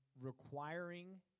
requiring